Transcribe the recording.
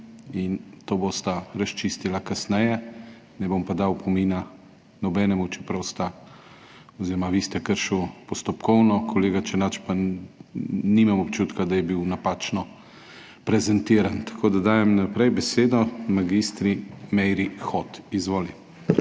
in to bosta razčistila kasneje, ne bom pa dal opomina nobenemu, čeprav ste vi kršili postopkovno, za kolega Černača pa nimam občutka, da je bil napačno prezentiran. Naprej dajem besedo mag. Meiri Hot. Izvoli.